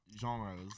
genres